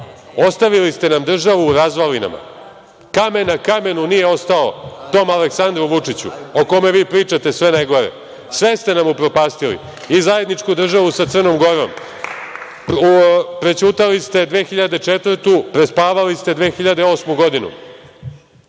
ništa. Ostavili ste nam državu u razvalinama, kamen na kamenu nije ostao tom Aleksandru Vučiću o kome vi pričate sve najgore. Sve ste nam upropastili i zajedničku državu sa Crnom Gorom, prećutali ste 2004. godinu, prespavali ste 2008. godinu.